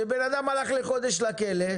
שבן אדם הלך לחודש לכלא,